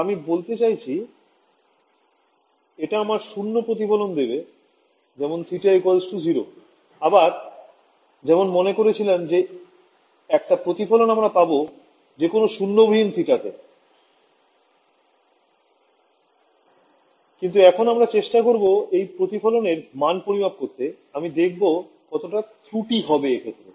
আমি বলতে চাইছি এটা আমায় ০ প্রতিফলন দেবে যেমন θ ০ আমরা যেমন মনে করেছিলাম যে একটা প্রতিফলন আমরা পাব যেকোনো শূন্য বিহীন θ তে কিন্তু এখন আমরা চেষ্টা করবো এই প্রতিফলনের মান পরিমাপ করতে আমি দেখব কতটা ত্রু টি হবে এক্ষেত্রে